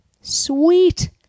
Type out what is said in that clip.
Sweet